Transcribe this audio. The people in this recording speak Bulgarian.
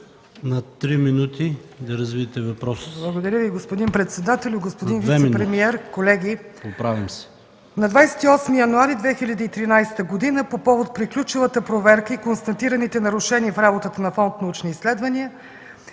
ВАЛЕНТИНА БОГДАНОВА (КБ): Благодаря Ви, господин председател. Господин вицепремиер, колеги! На 28 януари 2013 г. по повод приключилата проверка и констатираните нарушения в работата на Фонд „Научни изследвания”